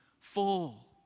full